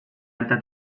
alta